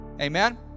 Amen